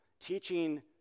teaching